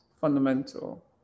fundamental